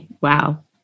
wow